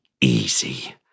easy